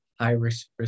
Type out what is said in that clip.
high-risk